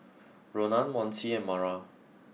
Ronan Monte and Mara